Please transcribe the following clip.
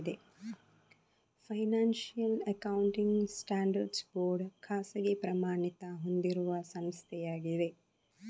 financial accounting standards board ಖಾಸಗಿ ಪ್ರಮಾಣಿತ ಹೊಂದಿಸುವ ಸಂಸ್ಥೆಯಾಗಿದೆ